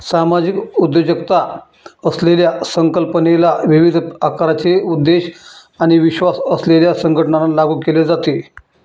सामाजिक उद्योजकता असलेल्या संकल्पनेला विविध आकाराचे उद्देश आणि विश्वास असलेल्या संघटनांना लागू केले जाते